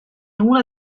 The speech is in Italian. una